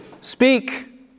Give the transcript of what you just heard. speak